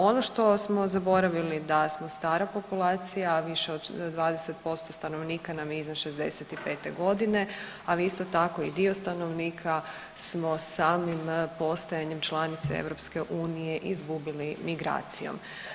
Ono što smo zaboravili da smo stara populacija, više od 20% stanovnika nam je iznad 65 godine, ali isto tako i dio stanovnika smo samim postajanjem članice EU izgubili migracijom.